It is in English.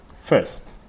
First